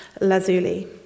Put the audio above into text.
lazuli